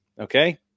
okay